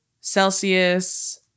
celsius